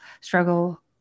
struggle